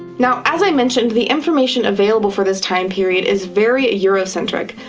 now, as i mentioned, the information available for this time period is very ah euro-centric,